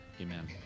Amen